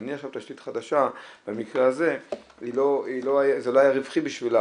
נניח שהתשתית חדשה במקרה הזה זה לא היה רווחי בשבילה,